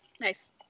Nice